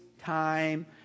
time